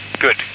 Good